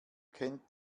kennt